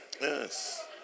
Yes